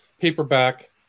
paperback